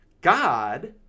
God